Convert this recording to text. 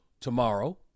tomorrow